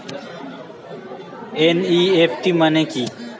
NEFT মনে কি?